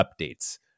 updates